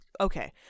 okay